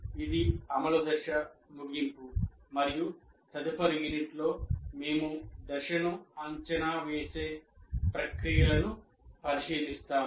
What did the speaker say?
ఇది అమలు దశ ముగింపు మరియు తదుపరి యూనిట్లో మేము దశను అంచనా వేసే ప్రక్రియలను పరిశీలిస్తాము